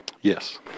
Yes